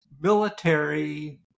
military